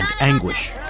anguish